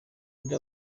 undi